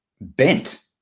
bent